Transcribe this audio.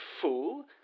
fool